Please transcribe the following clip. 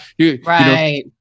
Right